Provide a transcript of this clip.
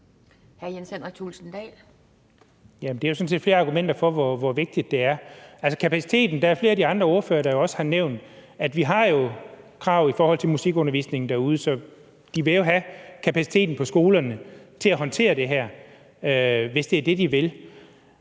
set flere argumenter for, hvor vigtigt det er. Der er flere af de andre ordførere, der er også har nævnt, at vi jo har kravet i forhold til musikundervisning derude, så de vil jo have kapaciteten på skolerne til at kunne håndtere det her, hvis det er det, de vil.